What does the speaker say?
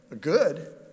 good